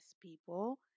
people